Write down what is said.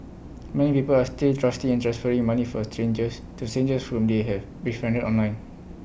many people are still trusting and transferring money for strangers to strangers whom they have befriended online